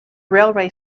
railway